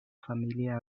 familia